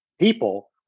people